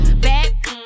Back